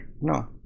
no